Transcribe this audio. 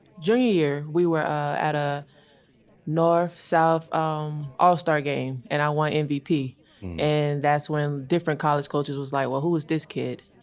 junior year we were at a north, south um all start game and i won mvp and that's when different college coaches was like, well, who is this kid?